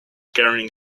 carrying